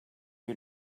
you